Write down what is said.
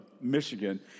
Michigan